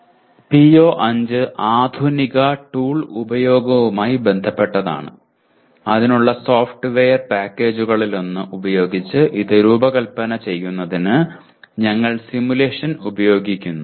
PO5 ആധുനിക tool ഉപയോഗവുമായി ബന്ധപ്പെട്ടതാണ് അതിനുള്ള സോഫ്റ്റ്വെയർ പാക്കേജുകളിലൊന്ന് ഉപയോഗിച്ച് ഇത് രൂപകൽപ്പന ചെയ്യുന്നതിന് ഞങ്ങൾ സിമുലേഷൻ ഉപയോഗിക്കുന്നു